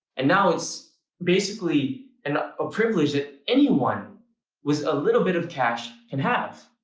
and now it's basically and a privilege that anyone with a little bit of cash can have.